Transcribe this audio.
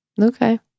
Okay